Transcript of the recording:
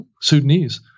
Sudanese